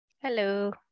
hello